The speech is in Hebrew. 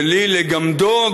בלי לגמדו,